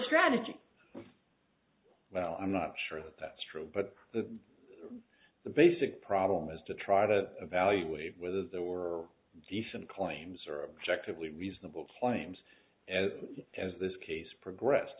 strategy well i'm not sure that's true but the the basic problem is to try to evaluate whether there or decent claims are objective lee reasonable claims as this case progressed